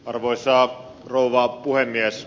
arvoisa rouva puhemies